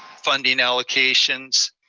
funding allocations.